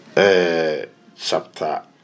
Chapter